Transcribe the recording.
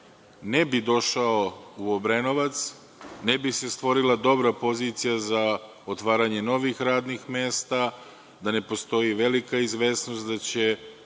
ne bi došao u Obrenovac, ne bi se stvorila dobra pozicija za otvaranje novih radnih mesta da ne postoji velika izvesnost da će